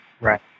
Right